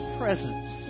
presence